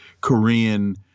Korean